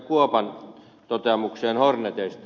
kuopan toteamukseen horneteista